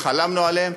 וחלמנו עליהם,